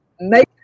make